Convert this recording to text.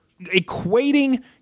equating